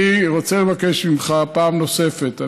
אני רוצה לבקש ממך פעם נוספת,